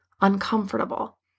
uncomfortable